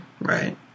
Right